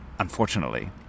Unfortunately